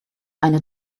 eine